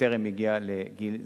בטרם הגיע לגיל זיקנה.